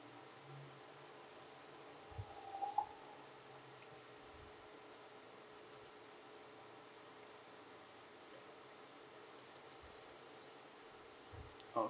oh